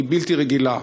היא בלתי רגילה.